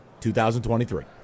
2023